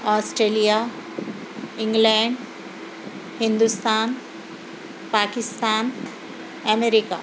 Australia England Hindustan Pakistan America